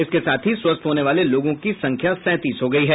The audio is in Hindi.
इसके साथ ही स्वस्थ होने वाले लोगों की संख्या सैंतीस हो गयी है